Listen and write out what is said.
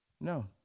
No